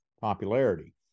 popularity